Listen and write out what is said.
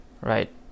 right